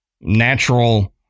natural